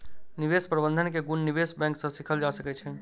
निवेश प्रबंधन के गुण निवेश बैंक सॅ सीखल जा सकै छै